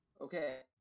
Okay